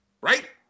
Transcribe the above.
right